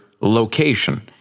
location